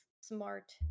smart